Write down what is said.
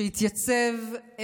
שהתייצב.